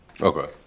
Okay